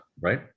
right